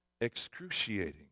excruciating